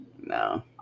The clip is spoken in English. No